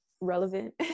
relevant